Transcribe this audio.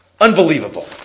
Unbelievable